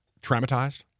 Traumatized